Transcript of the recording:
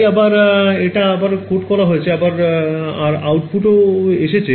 তাই আবার এটা আবার কোড করা হয়েছে আর আউটপুটও এসেছে